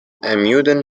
amundsen